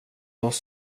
oss